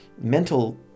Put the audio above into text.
mental